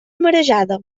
marejada